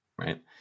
right